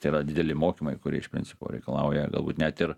tai yra dideli mokymai kurie iš principo reikalauja galbūt net ir